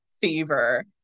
Fever